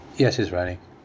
yes it's running